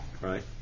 right